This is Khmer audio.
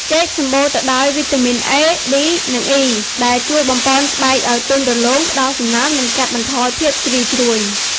ចេក សម្បូរទៅដោយវីតាមីន អេ (A), ប៊ី (B) និង អុី (E) ដែលជួយបំប៉នស្បែកឲ្យទន់រលោង ផ្តល់សំណើម និងកាត់បន្ថយភាពជ្រីវជ្រួញ។